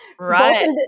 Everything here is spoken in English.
Right